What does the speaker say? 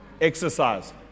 Exercise